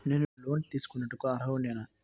నేను లోన్ తీసుకొనుటకు అర్హుడనేన?